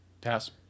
Pass